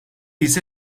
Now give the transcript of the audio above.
ise